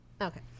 Okay